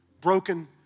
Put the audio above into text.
broken